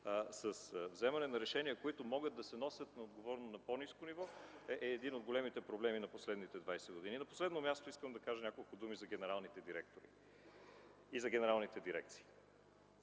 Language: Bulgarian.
с вземане на решения, които могат да се носят като отговорност на по-ниско ниво, е един от големите проблеми на последните 20 години. На последно място, искам да кажа няколко думи за генералните директори и генералните дирекции.